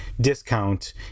discount